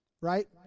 Right